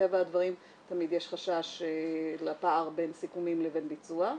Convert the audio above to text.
מטבע הדברים תמיד יש חשש לפער בין סיכומים לבין ביצוע.